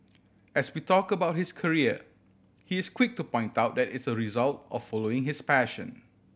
as we talk about his career he is quick to point out that it's a result of following his passion